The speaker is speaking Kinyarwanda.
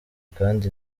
kandi